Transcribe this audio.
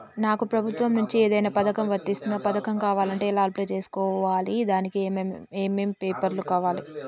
నాకు ప్రభుత్వం నుంచి ఏదైనా పథకం వర్తిస్తుందా? పథకం కావాలంటే ఎలా అప్లై చేసుకోవాలి? దానికి ఏమేం పేపర్లు కావాలి?